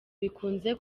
bikunze